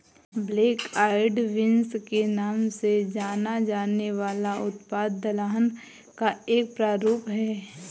black eyed beans के नाम से जाना जाने वाला उत्पाद दलहन का एक प्रारूप है